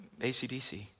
ACDC